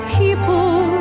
people